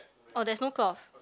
oh there's no cloth